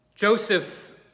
Joseph's